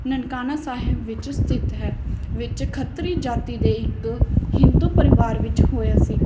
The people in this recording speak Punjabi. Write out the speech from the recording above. ਨਨਕਾਨਾ ਸਾਹਿਬ ਵਿੱਚ ਸਥਿਤ ਹੈ ਵਿੱਚ ਖੱਤਰੀ ਜਾਤੀ ਦੇ ਇੱਕ ਹਿੰਦੂ ਪਰਿਵਾਰ ਵਿੱਚ ਹੋਇਆ ਸੀ